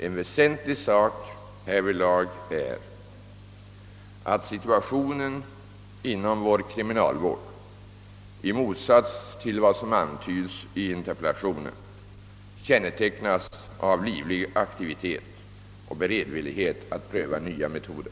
En väsentlig sak är härvidlag, att situationen inom vår kriminalvård — i motsats till vad som antyds i interpellationen — kännetecknas av livlig aktivitet och beredvillighet att pröva nya metoder.